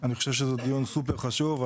אני חושב שזה דיון סופר חשוב,